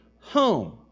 home